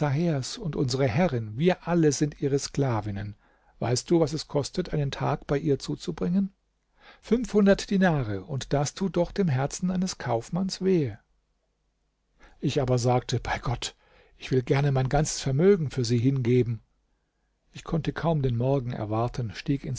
und unsere herrin wir alle sind ihre sklavinnen weißt du was es kostet einen tag bei ihr zuzubringen fünfhundert dinare und das tut doch dem herzen eines kaufmanns wehe ich aber sagte bei gott ich will gerne mein ganzes vermögen für sie hingeben ich konnte kaum den morgen erwarten stieg